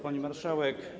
Pani Marszałek!